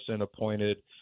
appointed